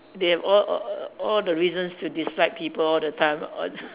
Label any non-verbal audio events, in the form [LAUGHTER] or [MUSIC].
they have all all all the reasons to dislike people all the time all the [BREATH]